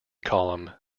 column